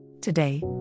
Today